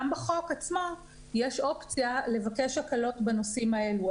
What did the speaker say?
בחוק עצמו יש אופציה לבקש הקלות בנושאים האלה.